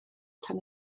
tan